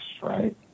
right